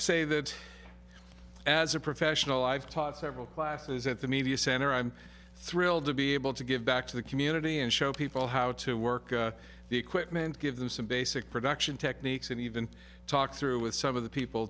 to say that as a professional i've taught several classes at the media center i'm thrilled to be able to give back to the community and show people how to work the equipment give them some basic production techniques and even talk through with some of the people